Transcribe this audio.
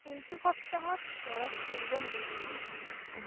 এইটো সপ্তাহত বৰফ পৰিব নেকি